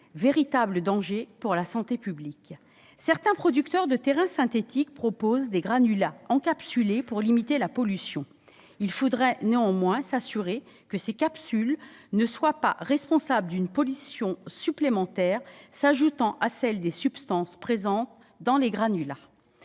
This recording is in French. véritable danger pour la santé publique. Certains producteurs de terrains synthétiques proposent des granulats encapsulés pour limiter la pollution. Il faudrait néanmoins s'assurer que ces capsules ne sont pas responsables d'une pollution supplémentaire s'ajoutant à celle des substances présentes dans les granulats.